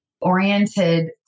oriented